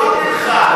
אמרתי לך,